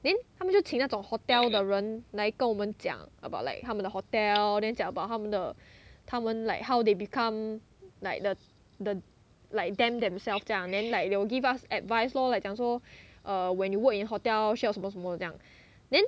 then 他们就请那种 hotel 的人来跟我们讲 about like 他们的 hotel then 讲 about 他们的他们 like how they become like the the like them themselves 这样 then like they will give us advice lor like 讲说 err when you work in hotel 需要什么什么这样 then